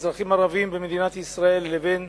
האזרחים הערבים במדינת ישראל, לבין